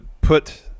put